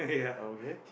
oh okay